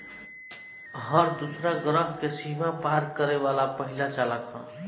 हर दूसरा ग्रह के सीमा के पार करे वाला पहिला चालक ह